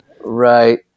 Right